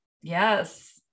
Yes